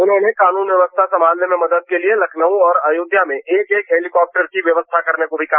उन्होंने कानून व्यवस्था संभालने में मदद के लिए लखनऊ और अयोध्या में एक एक हेलीकॉप्टर की व्यवस्था करने को भी कहा